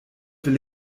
will